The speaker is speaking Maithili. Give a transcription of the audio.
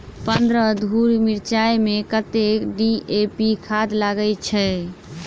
पन्द्रह धूर मिर्चाई मे कत्ते डी.ए.पी खाद लगय छै?